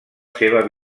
seva